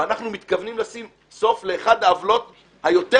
ואנחנו מתכוונים לשים סוף לאחת העוולות היותר